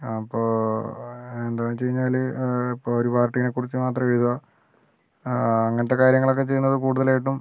അപ്പോൾ എന്താണെന്ന് വെച്ച് കഴിഞ്ഞാൽ ഇപ്പോൾ ഒരു പാർട്ടിയെക്കുറിച്ച് മാത്രം എഴുതുക ആ അങ്ങനത്തെ കാര്യങ്ങളൊക്കെ ചെയ്യുന്നത് കൂടുതലായിട്ടും